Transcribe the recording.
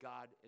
God